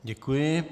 Děkuji.